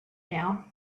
now